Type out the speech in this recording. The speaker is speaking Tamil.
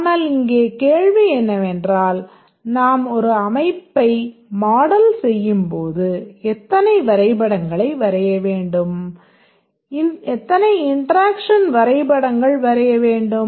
ஆனால் இங்கே கேள்வி என்னவென்றால் நாம் ஒரு அமைப்பை மாடல் செய்யும்போது எத்தனை வரைபடங்களை வரைய வேண்டும் எத்தனை இன்டெராக்ஷன் வரைபடங்கள் வரைய வேண்டும்